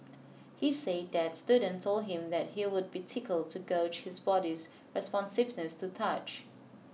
he say that student told him that he would be tickled to gauge his body's responsiveness to touch